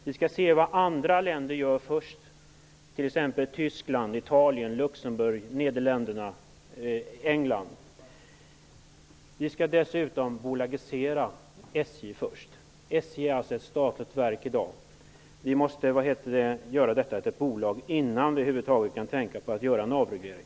Vi skall se vad andra länder gör först, t.ex. Tyskland, Italien, Vi skall dessutom bolagisera SJ först. SJ är alltså ett statligt verk i dag. Vi måste göra det till ett bolag innan vi över huvud taget kan tänka på att göra en avreglering.